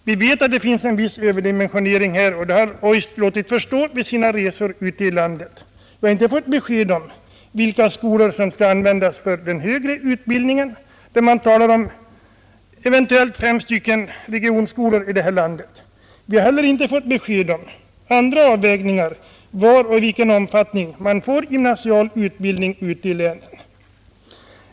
Vi vet att det här finns en viss överdimensionering — det har kommittén låtit förstå vid sina resor ute i landet. Vi har inte fått besked om vilka skolor som skall användas för den högre utbildningen — det talas om eventuellt fem regionsskolor i landet. Vi har inte fått besked om var och i vilken omfattning man får gymnasial utbildning ute i länen.